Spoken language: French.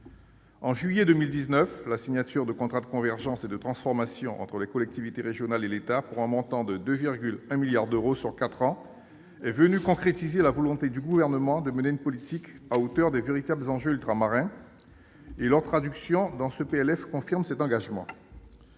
de juillet 2019, la signature de contrats de convergence et de transformation entre les collectivités régionales et l'État, pour un montant de 2,1 milliards d'euros sur quatre ans, est venue concrétiser la volonté du Gouvernement de mener une politique véritablement à la hauteur des enjeux ultramarins. Leur traduction dans ce PLF confirme cet engagement.